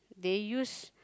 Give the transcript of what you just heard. they use